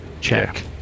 check